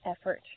effort